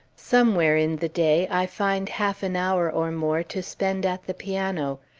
somewhere in the day, i find half an hour, or more, to spend at the piano.